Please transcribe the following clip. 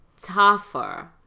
tougher